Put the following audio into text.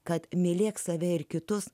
kad mylėk save ir kitus